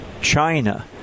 China